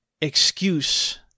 excuse